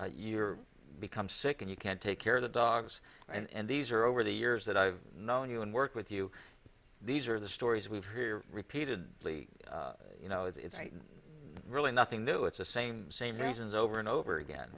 your becomes sick and you can't take care of the dogs and these are over the years that i've known you and work with you these are the stories we've heard repeatedly you know it's really nothing new it's the same same reasons over and over again